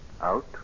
Out